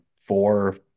four